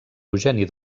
eugeni